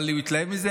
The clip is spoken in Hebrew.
אבל הוא התלהב מזה.